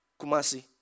Kumasi